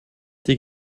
die